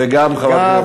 וגם אני.